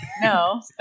No